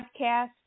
podcast